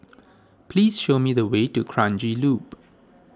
please show me the way to Kranji Loop